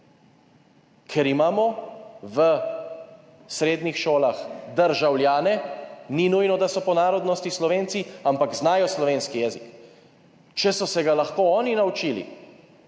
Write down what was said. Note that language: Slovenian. Ker imamo v srednjih šolah državljane, ni nujno, da so po narodnosti Slovenci, ampak znajo slovenski jezik. Če so se ga lahko oni naučili